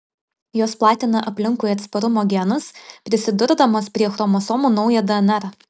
jos platina aplinkui atsparumo genus prisidurdamos prie chromosomų naują dnr